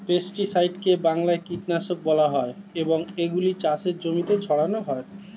পেস্টিসাইডকে বাংলায় কীটনাশক বলা হয় এবং এগুলো চাষের জমিতে ছড়ানো হয়